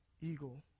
eagle